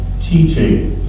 teaching